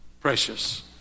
precious